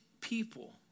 people